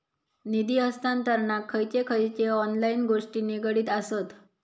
निधी हस्तांतरणाक खयचे खयचे ऑनलाइन गोष्टी निगडीत आसत?